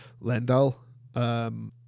Lendal